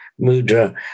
mudra